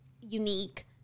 unique